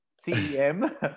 C-E-M